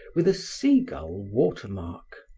with a sea-gull watermark.